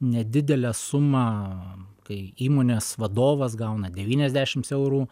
nedidelę sumą kai įmonės vadovas gauna devyniasdešimt eurų